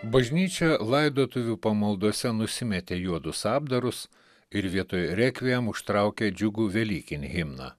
bažnyčia laidotuvių pamaldose nusimetė juodus apdarus ir vietoj rekviem užtraukė džiugų velykinį himną